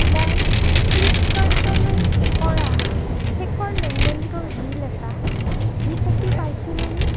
মই ফ্লিপকাৰ্টলৈ কৰা শেষৰ লেনদেনটোৰ বিল এটা ই কপি পাইছিলোনে